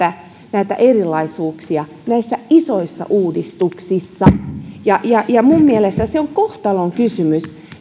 näitä erilaisuuksia näissä isoissa uudistuksissa ja ja minun mielestäni se on kohtalonkysymys